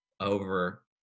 over